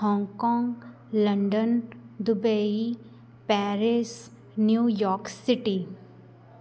Hong Kong London Dubai pairs New York city